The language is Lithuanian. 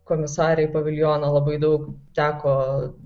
komisarei paviljono labai daug teko